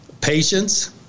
patience